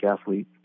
athlete